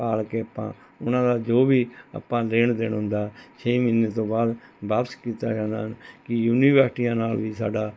ਪਾਲ ਕੇ ਆਪਾਂ ਉਨ੍ਹਾਂ ਦਾ ਜੋ ਵੀ ਆਪਾਂ ਲੈਣ ਦੇਣ ਹੁੰਦਾ ਛੇ ਮਹੀਨੇ ਤੋਂ ਬਾਅਦ ਵਾਪਿਸ ਕੀਤਾ ਜਾਂਦਾ ਹਨ ਕਿ ਯੂਨੀਵਰਸਿਟੀਆਂ ਨਾਲ ਵੀ ਸਾਡਾ